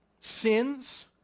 Sins